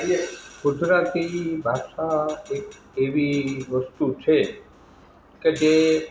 ગુજરાતી ભાષા એક એવી વસ્તુ છે કે જે